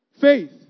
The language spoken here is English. Faith